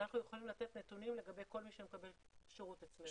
אנחנו יכולים לתת נתונים לגבי כל מי שמקבל שירות אצלנו.